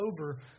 over